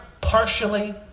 partially